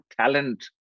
talent